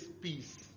peace